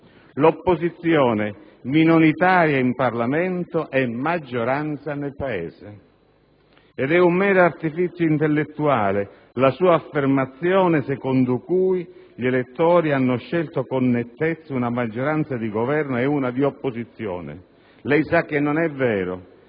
L'opposizione, minoritaria in Parlamento, è maggioranza nel Paese. Ed è un mero artifizio intellettuale la sua affermazione secondo cui gli elettori hanno scelto con nettezza una maggioranza di Governo e una di opposizione. Lei sa che non è vero